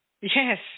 Yes